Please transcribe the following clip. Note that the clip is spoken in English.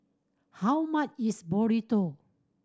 how much is Burrito